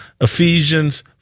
Ephesians